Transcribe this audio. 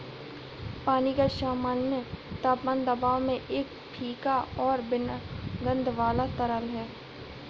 पानी का सामान्य तापमान दबाव में एक फीका और बिना गंध वाला तरल है